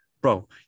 bro